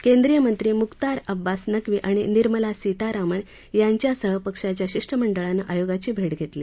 केंद्रिय मंत्री मुख्तार अब्बास नव्वी आणि निर्मला सितारामन यांच्यासह पक्षाच्या शिष्टमंडळानं आयोगाची भेट घेतली